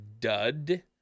dud